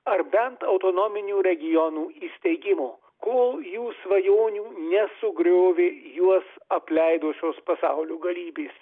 ar bent autonominių regionų įsteigimo kol jų svajonių nesugriovė juos apleidusios pasaulio galybės